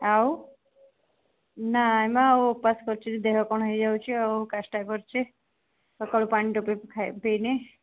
ଆଉ ନାହିଁ ମ ଆଉ ଉପାସ କରିଛି ଯେ ଦେହ କ'ଣ ହେଇଯାଉଛି ଆଉ କାଷ୍ଠା କରିଛି ସକାଳୁ ପାଣି ଟୋପେ ପିଇନି